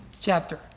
chapter